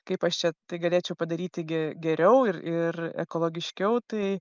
kaip aš čia tai galėčiau padaryti gi geriau ir ir ekologiškiau tai